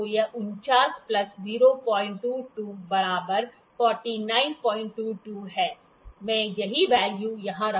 तो यह 49 प्लस 022 बराबर 4922 है मैं यही वेल्यू यहाँ रखूँगा